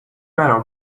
برام